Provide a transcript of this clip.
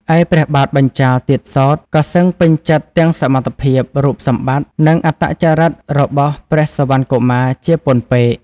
ឯព្រះបាទបញ្ចាល៍ទៀតសោត ក៏សឹងពេញចិត្តទាំងសមត្ថភាព រូបសម្បត្តិ និងអត្តចរិតរបស់ព្រះសុវណ្ណកុមារជាពន់ពេក។